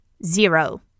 zero